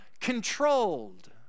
Controlled